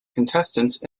contestants